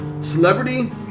Celebrity